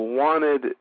wanted